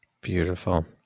Beautiful